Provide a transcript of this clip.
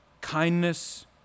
kindness